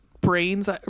brains